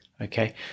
Okay